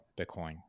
Bitcoin